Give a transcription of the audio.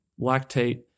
lactate